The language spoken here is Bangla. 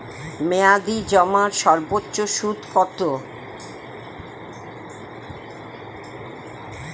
মেয়াদি জমার সর্বোচ্চ সুদ কতো?